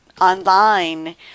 online